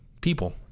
people